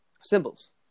symbols